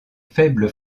faible